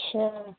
اچھا